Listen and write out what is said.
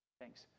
Thanks